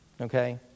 okay